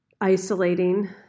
isolating